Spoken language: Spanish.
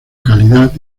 calidad